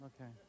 okay